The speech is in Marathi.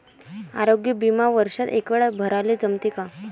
आरोग्य बिमा वर्षात एकवेळा भराले जमते का?